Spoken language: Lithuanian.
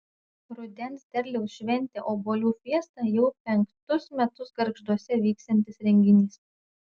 rudens derliaus šventė obuolių fiesta jau penktus metus gargžduose vyksiantis renginys